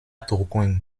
tourcoing